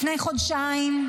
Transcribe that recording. לפני חודשיים,